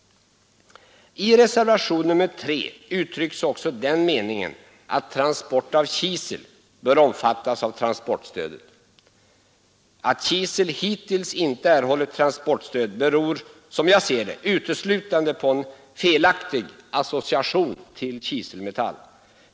I reservation 3 uttrycks också den meningen att transport av kisel bör omfattas av transportstödet. Att kisel hittills inte erhållit transportstöd beror, som jag ser det, uteslutande på att den felaktigt benämnts ”kiselmetall”.